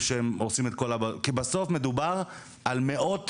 כי בסוף מדובר על מאות